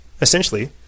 essentially